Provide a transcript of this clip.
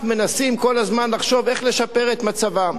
מנסים כל הזמן לחשוב איך לשפר את מצבם.